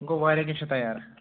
گوٚو واریاہ کیٚنٛہہ چھَو تَیار